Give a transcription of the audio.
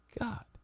God